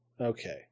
Okay